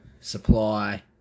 supply